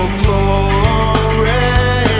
glory